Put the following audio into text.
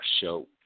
show